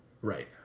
right